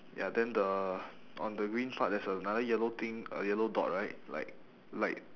ya then the on the green part there's another yellow thing uh yellow dot right like light